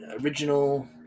original